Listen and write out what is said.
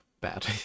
bad